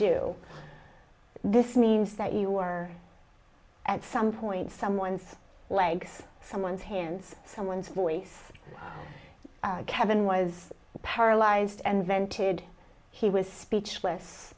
do this means that you were at some point someone's legs someone's hands someone's voice kevin was paralyzed and vented he was speechless